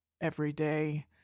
everyday